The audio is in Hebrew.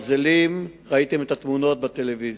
ברזלים, ראיתם את התמונות בטלוויזיה,